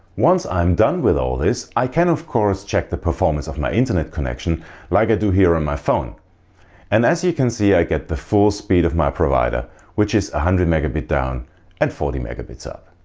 once i am done with all this i can of course check the performance of my internet connection like i do here on my phone and as you can see i get the full speed of my provider which is one hundred mbit down and forty mbits up.